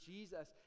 Jesus